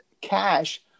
cash